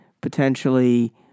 potentially